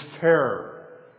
terror